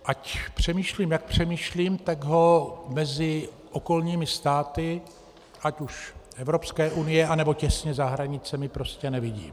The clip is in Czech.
Ať přemýšlím jak přemýšlím, tak ho mezi okolními státy ať už Evropské unie, nebo těsně za hranicemi prostě nevidím.